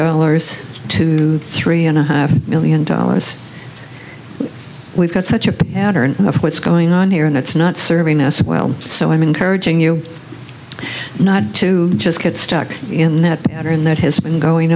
dollars to three and a half million dollars we've got such a pattern of what's going on here and it's not serving us well so i'm encouraging you not to just get stuck in that pattern that has been going